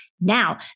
Now